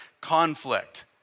conflict